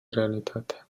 realitatea